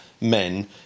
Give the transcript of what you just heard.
men